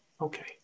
okay